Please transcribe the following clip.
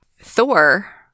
Thor